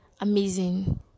amazing